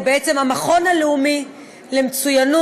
או בעצם המכון הלאומי למצוינות